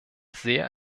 sehr